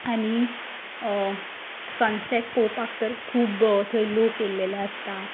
आनी सनसॅट पोवपाक तर खुब्ब थंय लोक येयल्लेले आसता